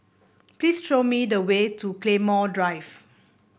please show me the way to Claymore Drive